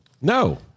No